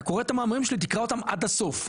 אתה קורא את המאמרים שלי תקרא אותם עד הסוף.